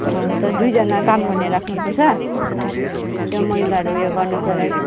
अन्त दुईजना काम गर्ने राख्नुपर्छ त्यो मैलाहरू उयो गर्नुको लागि